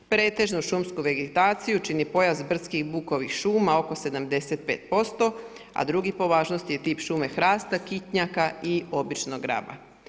Pretežnu šumsku vegetaciju čini pojas brdskih i bukovih šuma oko 75%, a drugi po važnosti je tip šume hrasta kitnjaka i običnog graba.